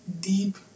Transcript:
deep